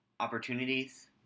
opportunities